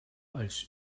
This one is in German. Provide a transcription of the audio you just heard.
als